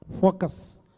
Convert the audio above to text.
focus